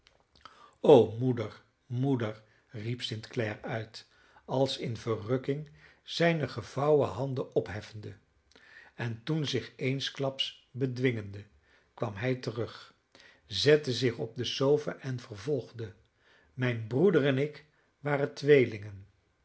o moeder moeder riep st clare uit als in verrukking zijne gevouwen handen opheffende en toen zich eensklaps bedwingende kwam hij terug zette zich op de sofa en vervolgde mijn broeder en ik waren tweelingen